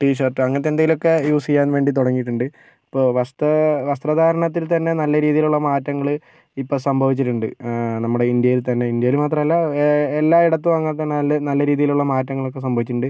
tea shirt അങ്ങനത്തെ എന്തെങ്കിലുമൊക്കെ use ചെയ്യാൻ വേണ്ടി തുടങ്ങിയിട്ടുണ്ട് ഇപ്പോൾ വസ്ത വസ്ത്രധാരണത്തിൽ തന്നെ നല്ല രീതിയിലുള്ള മാറ്റങ്ങൾ ഇപ്പം സംഭവിച്ചിട്ടുണ്ട് നമ്മുടെ ഇന്ത്യയിൽ തന്നെ ഇന്ത്യയിൽ മാത്രമല്ല എല്ലായിടത്തും അങ്ങനത്തെ നല്ല നല്ല രീതിയിലുള്ള മാറ്റങ്ങളൊക്കെ സംഭവിച്ചിട്ടുണ്ട്